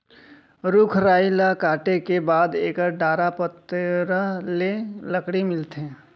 रूख राई ल काटे के बाद एकर डारा पतोरा ले लकड़ी मिलथे